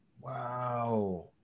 Wow